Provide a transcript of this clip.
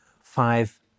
five